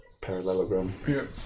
parallelogram